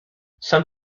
some